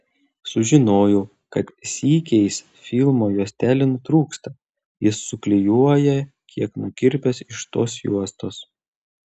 sužinojau kad sykiais filmo juostelė nutrūksta jis suklijuoja kiek nukirpęs iš tos juostos